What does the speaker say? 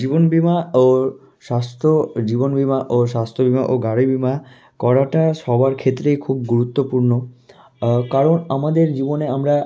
জীবন বিমা ও স্বাস্থ্য জীবন বিমা ও স্বাস্ত্য বিমা ও গাড়ি বিমা করাটা সবার ক্ষেত্রেই খুব গুরুত্বপূর্ণ কারণ আমাদের জীবনে আমরা